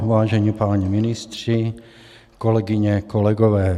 Vážení páni ministři, kolegyně, kolegové.